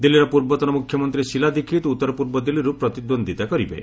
ଦିଲ୍ଲୀର ପୂର୍ବତନ ମୁଖ୍ୟମନ୍ତ୍ରୀ ଶୀଲା ଦୀକ୍ଷିତ ଉତ୍ତର ପୂର୍ବ ଦିଲ୍ଲୀରୁ ପ୍ରତିଦ୍ୱନ୍ଦ୍ୱିତା କରିବେ